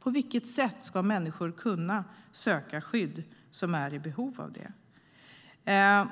På vilket sätt ska människor som är i behov av skydd kunna söka det?